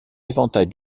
éventail